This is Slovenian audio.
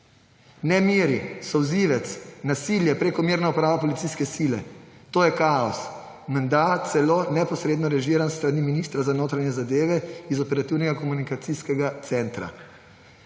Nemiri, solzivec, nasilje, prekomerna uporaba policijske sile, to je kaos. Medna celo neposredno režiran s strani ministra za notranje zadeve iz operativnega komunikacijskega centra.